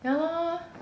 ya lor